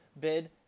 bid